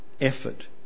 Effort